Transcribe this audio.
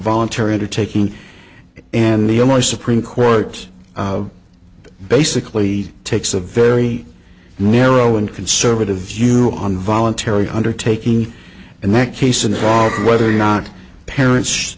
voluntary undertaking and the only supreme court that basically takes a very narrow and conservative view on voluntary undertaking in that case in the fall whether or not parents